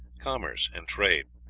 commerce, and trade,